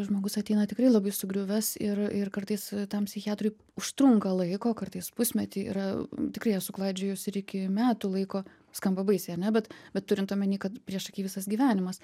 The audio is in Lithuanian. žmogus ateina tikrai labai sugriuvęs ir ir kartais tam psichiatrui užtrunka laiko kartais pusmetį yra tikrai esu klaidžiojus ir iki metų laiko skamba baisiai ar ne bet bet turint omeny kad priešaky visas gyvenimas